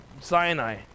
Sinai